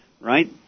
Right